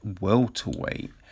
welterweight